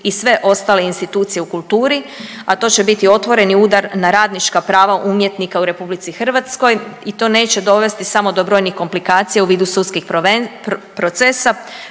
i sve ostale institucije u kulturi, a to će biti otvoreni udar na radnička prava umjetnika u RH i to neće dovesti samo do brojnih komplikacija u vidu sudskih procesa,